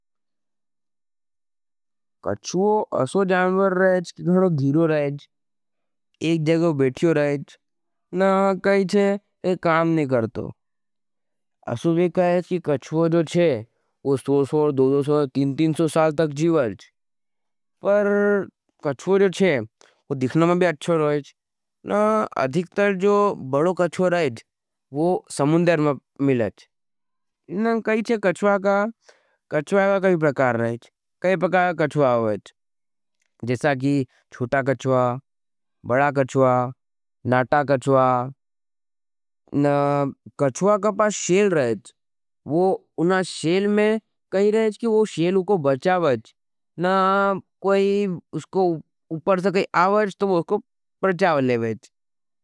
कच्वो असो जानवर रहज। कि कड़ो धीरो रहज। एक जगो बेठ्यो रहज। न कही छे ये काम नहीं करतो। असो भी कहे हज कि कच्वो जो चे वो सो सोर, दो सोर, तीन तीन सो साल तक जीवा हज। पर कच्वो जो चे वो दिखना में भी अच्छो रहज। न अधिकतर जो बड़ो कच्वो रहज वो समुंदर में मिलज। न कही छे कच्वा का कच्वागा कई प्रकार रहज। कै प्रकार कच्वा आओ हजं। जैसा कि छोटा कच्वा, बड़ा कच्वा, नाटा कच्वा। न कच्वा का पास शेल रहज। वो उन्हां शेल में कही रहज कि वो शेल उको बचावज। न कोई उसको उपर से कोई आवज तो वो उसको प्रचावले रहज।